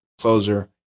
closer